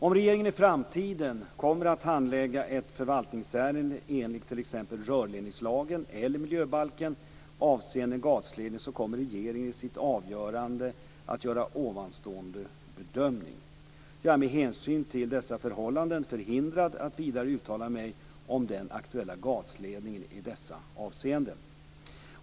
Om regeringen i framtiden kommer att handlägga ett förvaltningsärende enligt t.ex. rörledningslagen eller miljöbalken avseende en gasledning så kommer regeringen i sitt avgörande att göra ovanstående bedömning. Jag är med hänsyn till dessa förhållanden förhindrad att vidare uttala mig om den aktuella gasledningen i dessa avseenden.